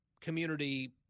community